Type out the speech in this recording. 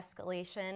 escalation